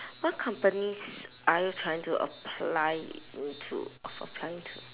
what companies are you trying to apply into of applying to